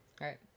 Right